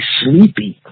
sleepy